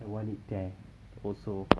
I want it there also